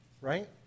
right